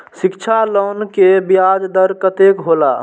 शिक्षा लोन के ब्याज दर कतेक हौला?